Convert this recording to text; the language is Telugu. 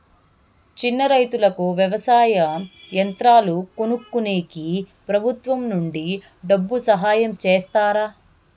చిన్న రైతుకు వ్యవసాయ యంత్రాలు కొనుక్కునేకి ప్రభుత్వం నుంచి డబ్బు సహాయం చేస్తారా?